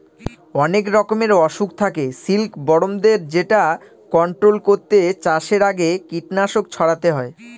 অনেক রকমের অসুখ থাকে সিল্কবরমদের যেটা কন্ট্রোল করতে চাষের আগে কীটনাশক ছড়াতে হয়